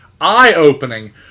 eye-opening